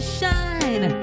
shine